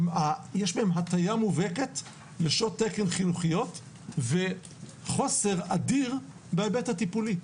יש בהם הטיה מובהקת לשעות תקן חינוכיות וחוסר אדיר בהיבט הטיפולי,